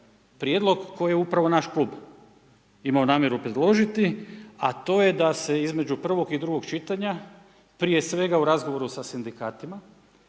prijedlog koji je upravo naš klub imao namjeru predložiti a to je da se između prvog i drugog čitanja prije svega u razgovoru sa sindikatima,